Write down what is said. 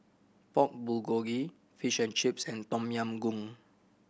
Pork Bulgogi Fish and Chips and Tom Yam Goong